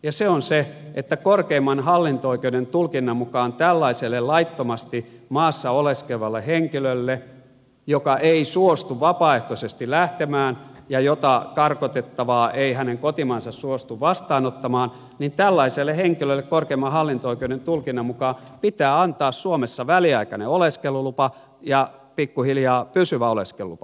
ja se on se että korkeimman hallinto oikeuden tulkinnan mukaan tällaiselle laittomasti maassa oleskelevalle henkilölle joka ei suostu vapaaehtoisesti lähtemään ja jota karkotettavaa ei hänen kotimaansa suostu vastaanottamaan tällaiselle henkilölle korkeimman hallinto oikeuden tulkinnan mukaan pitää antaa suomessa väliaikainen oleskelulupa ja pikkuhiljaa pysyvä oleskelulupa